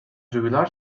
jubilar